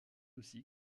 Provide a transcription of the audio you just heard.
aussi